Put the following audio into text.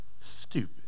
stupid